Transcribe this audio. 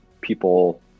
people